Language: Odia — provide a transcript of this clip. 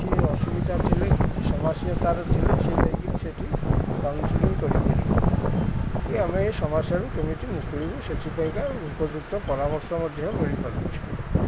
କିଛି ଅସୁବିଧା ଥିଲେ କି ସମସ୍ୟା ତାର ଥିଲେ ସେ ଯାଇକି ସେଠି କାଉନସିଲଂ କରି କି ଆମେ ଏ ସମସ୍ୟାରୁ କେମିତି ମୁକୁଳିବୁ ସେଥିପାଇଁକା ଉପଯୁକ୍ତ ପରାମର୍ଶ ମଧ୍ୟ ମିଳିପାରୁଛି